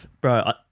Bro